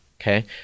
okay